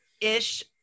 ish